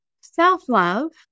Self-love